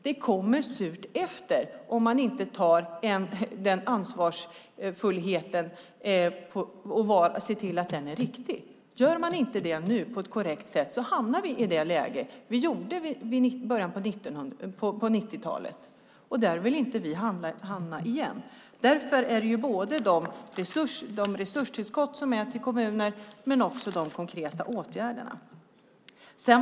Det kommer surt efter om man inte har den ansvarsfullheten och ser till att den är riktig. Gör man inte det nu på ett korrekt sätt hamnar man i det läge vi hade på 90-talet, och där vill inte vi hamna igen. Det handlar därför om både de resurstillskott som sker till kommuner och de konkreta åtgärderna.